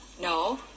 No